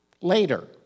later